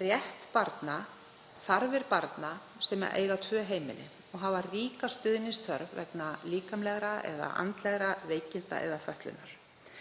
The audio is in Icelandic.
rétt barna og þarfir barna sem eiga tvö heimili og hafa ríka stuðningsþörf vegna líkamlegra eða andlegra veikinda eða fötlunar.